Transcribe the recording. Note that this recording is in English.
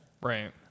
Right